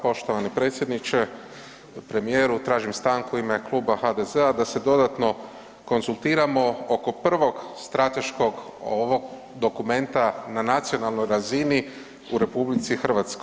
Poštovani predsjedniče, premijeru, tražim stanku u ime Kluba HDZ-a da se dodatno konzultiramo oko prvog strateškog ovog dokumenta na nacionalnoj razini u RH.